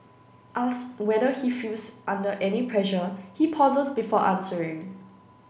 asked whether he feels under any pressure he pauses before answering